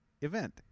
event